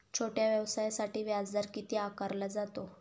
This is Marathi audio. छोट्या व्यवसायासाठी व्याजदर किती आकारला जातो?